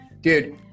dude